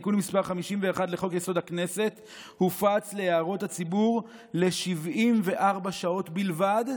תיקון מס' 51 לחוק-יסוד: הכנסת הופץ להערות הציבור ל-74 שעות בלבד,